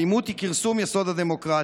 אלימות היא כרסום יסוד הדמוקרטיה.